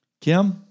Kim